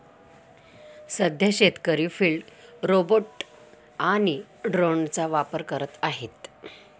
सध्या शेतकरी field robot आणि ड्रोनचा वापर करत आहेत